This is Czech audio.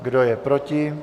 Kdo je proti?